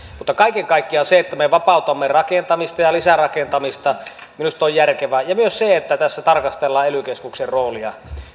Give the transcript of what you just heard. mutta kaiken kaikkiaan se että me vapautamme rakentamista ja lisärakentamista on minusta järkevää ja myös se että tässä tarkastellaan ely keskuksen roolia